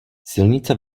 silnice